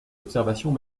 observations